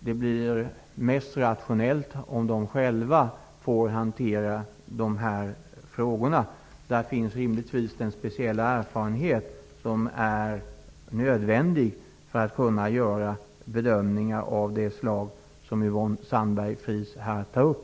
Det blir mest rationellt om de själva får hantera dessa frågor. Hos dem finns rimligtvis den speciella erfarenhet som är nödvändig för att kunna göra bedömningar av det slag som Yvonne Sandberg-Fries här nämner.